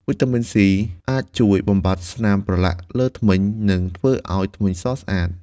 វីតាមីន សុី (C) អាចជួយបំបាត់ស្នាមប្រឡាក់លើធ្មេញ និងធ្វើឲ្យធ្មេញសស្អាត។